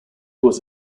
was